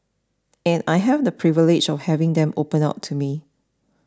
and I have the privilege of having them open up to me